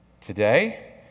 Today